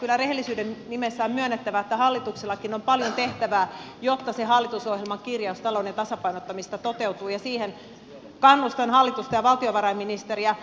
kyllä rehellisyyden nimissä on myönnettävä että hallituksellakin on paljon tehtävää jotta hallitusohjelman kirjaus talouden tasapainottamisesta toteutuu ja siihen kannustan hallitusta ja valtiovarainministeriä